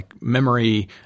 memory